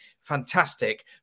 fantastic